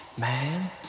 Man